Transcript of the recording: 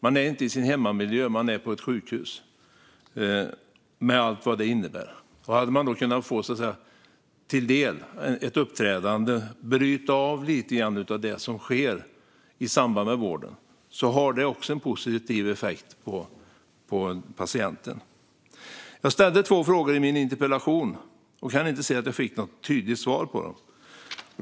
De är inte i sin hemmiljö utan på ett sjukhus, med allt vad det innebär. Om de då kan få ta del av ett uppträdande och få ett litet avbrott från det som sker i samband med vården har det en positiv effekt på patienterna. Jag ställde två frågor i min interpellation och kan inte säga att jag fått något tydligt svar på dem.